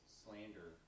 slander